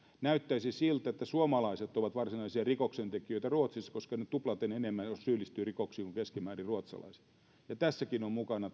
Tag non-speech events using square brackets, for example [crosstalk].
näyttäisi siltä että suomalaiset ovat varsinaisia rikoksentekijöitä ruotsissa koska he tuplaten enemmän syyllistyvät rikoksiin kuin keskimäärin ruotsalaiset tässäkin tilastossa ovat mukana [unintelligible]